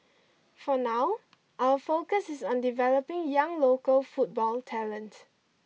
for now our focus is on developing young local football talent